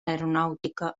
aeronàutica